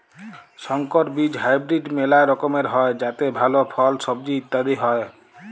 সংকর বীজ হাইব্রিড মেলা রকমের হ্যয় যাতে ভাল ফল, সবজি ইত্যাদি হ্য়য়